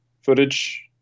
footage